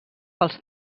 pels